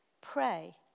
Pray